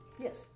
Yes